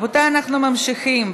רבותיי, אנחנו ממשיכים.